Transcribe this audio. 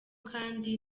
kandi